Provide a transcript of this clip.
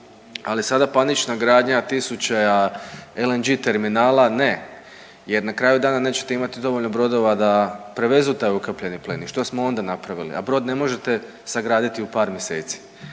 ali sada panična granja tisuća LNG terminala ne, jer na kraju dana nećete imati dovoljno brodova da prevezu taj ukapljeni plin i što smo onda napravili, a brod ne možete sagraditi u par mjeseci.